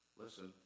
listen